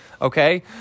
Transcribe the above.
Okay